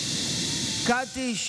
קטי?